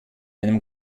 einem